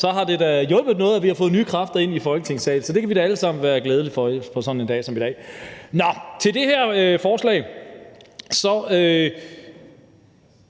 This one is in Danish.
så har det da hjulpet noget, at vi har fået nye kræfter ind i Folketinget. Det kan vi da alle sammen være glade for sådan en dag som i dag. Med hensyn til det her forslag tror